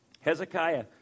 Hezekiah